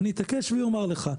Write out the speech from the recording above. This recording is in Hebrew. אני אתעקש ואומר לך,